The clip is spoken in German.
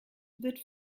wird